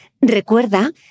Recuerda